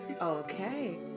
Okay